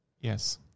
Yes